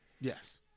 Yes